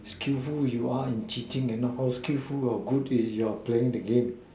skillful you are in cheating and not how skillful your good is your playing the game